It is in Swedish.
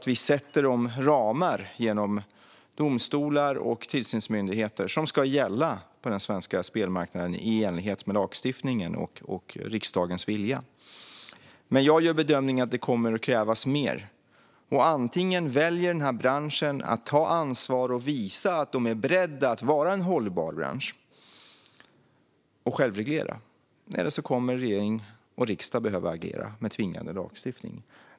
Vi ska genom domstolar och tillsynsmyndigheter sätta de ramar som ska gälla för den svenska spelmarknaden i enlighet med lagstiftningen och riksdagens vilja. Jag gör dock bedömningen att det kommer att krävas mer. Antingen väljer branschen att ta ansvar och visa att de är beredda att vara en hållbar bransch och självreglera, eller också kommer regering och riksdag att behöva agera med tvingande lagstiftning.